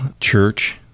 church